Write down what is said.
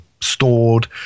stored